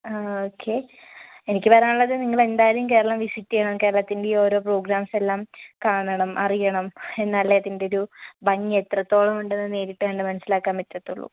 ആഹ് okay എനിക്ക് പറയാനുള്ളത് നിങ്ങൾ എന്തായാലും കേരളം വിസിറ്റ് ചെയ്യണം കേരളത്തിൻ്റെ ഈ ഓരോ പ്രോഗ്രാംസ് എല്ലാം കാണണം അറിയണം എന്നാലേ അതിൻ്റെയൊരു ഭംഗി എത്രത്തോളം ഉണ്ടെന്നു നേരിട്ട് കണ്ട് മനസ്സിലാക്കാൻ പറ്റത്തുള്ളൂ